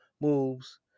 moves